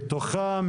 בתוכה,